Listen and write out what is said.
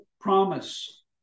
promise